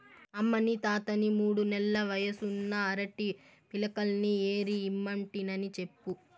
అమ్మనీ తాతని మూడు నెల్ల వయసున్న అరటి పిలకల్ని ఏరి ఇమ్మంటినని చెప్పు